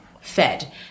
fed